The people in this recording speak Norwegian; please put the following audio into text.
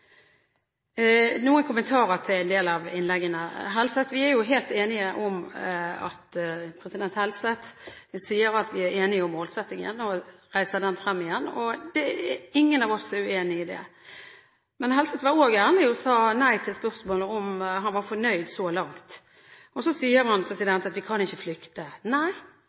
noen kommentarer til en del av innleggene her. Representanten Helseth sier at vi er enige om målsettingen og heiser den frem igjen. Ingen er uenig i det. Men Helseth var også ærlig og svarte nei på spørsmålet om han var fornøyd så langt. Og så sier han at vi ikke kan flykte. Nei,